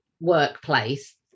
workplace